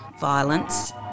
violence